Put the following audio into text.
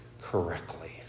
correctly